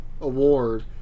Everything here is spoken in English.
award